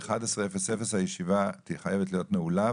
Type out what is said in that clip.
בשעה 11:00 הישיבה חייבת להיות נעולה,